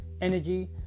energy